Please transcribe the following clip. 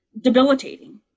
debilitating